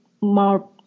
more